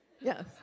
Yes